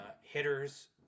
hitters